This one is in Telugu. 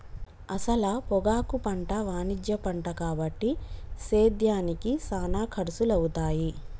అసల పొగాకు పంట వాణిజ్య పంట కాబట్టి సేద్యానికి సానా ఖర్సులవుతాయి